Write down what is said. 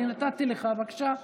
אני נתתי לך, בבקשה לסיים.